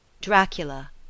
Dracula